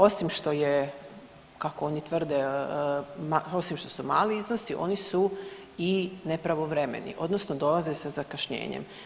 Osim što je kako oni tvrde, osim što su mali iznosi oni su i nepravovremeni odnosno dolaze sa zakašnjenjem.